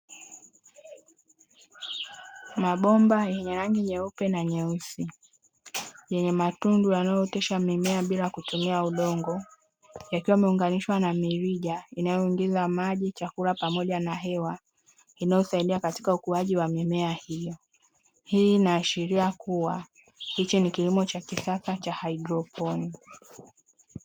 Mabomba yenye rangi nyeupe na nyeusi yenye matundu yanayootesha mimea bila kutumia udongo yakiwa yameunganishwa na mirirja inayoingiza maji, chakula pamoja na hewa inayosaidia katika ukuaji wa mimea hiyo. Hii inaashiria kuwa, hiki ni kilimo cha kisasa cha haidroponia.